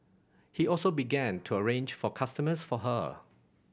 he also began to arrange for customers for her